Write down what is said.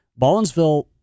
Ballinsville